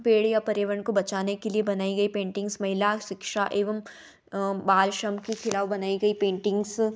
पेड़ या परिवहन को बचाने के लिए बनाई गई पेंटिंग्स महिला शिक्षा एवं बाल श्रम कि खिलाफ बनाई गई पेंटिंग्स